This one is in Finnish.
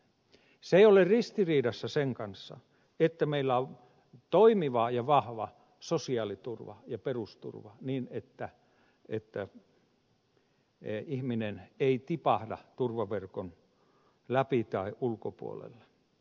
se ei ole ristiriidassa sen kanssa että meillä on toimiva ja vahva sosiaaliturva ja perusturva niin että ihminen ei tipahda turvaverkon läpi tai ulkopuolelle